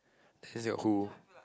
that's your who